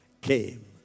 came